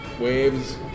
waves